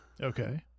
Okay